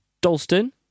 Dalston